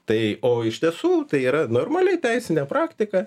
tai o iš tiesų tai yra normali teisinė praktika